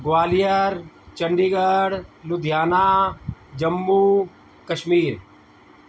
Gwalior Chandigarh Ludhiana Jammu Kashmir